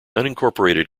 unincorporated